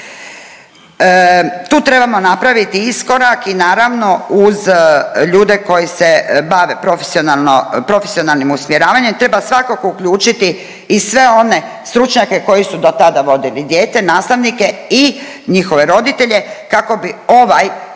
Tu trebamo napraviti iskorak i naravno uz ljude koji se bave profesionalnim usmjeravanjem treba svakako uključiti i sve one stručnjake koji su do tada vodili dijete, nastavnike i njihove roditelje kako bi ovaj postupak